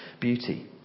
beauty